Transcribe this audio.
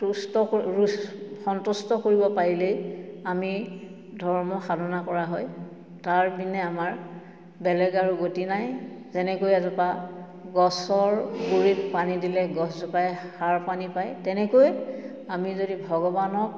সন্তুষ্ট কৰিব পাৰিলেই আমি ধৰ্ম সাধনা কৰা হয় তাৰবিনে আমাৰ বেলেগ আৰু গতি নাই যেনেকৈ এজোপা গছৰ গুৰিত পানী দিলে গছজোপাই সাৰপানী পায় তেনেকৈয়ে আমি যদি ভগৱানক